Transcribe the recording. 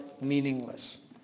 meaningless